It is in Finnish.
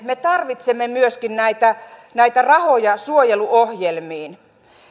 me tarvitsemme myöskin näitä näitä rahoja suojeluohjelmiin